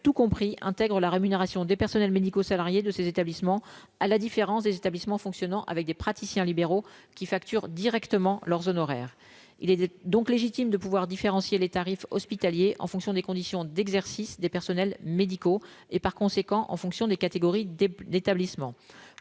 tout compris intègre la rémunération des personnels médicaux, salariés de ces établissements, à la différence des établissements fonctionnant avec des praticiens libéraux qui facturent directement leurs honoraires, il est donc légitime de pouvoir différencier les tarifs hospitaliers en fonction des conditions d'exercice des personnels médicaux et par conséquent en fonction des catégories d'établissements